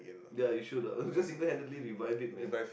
ya you should ah just single handedly revive it man